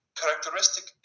characteristic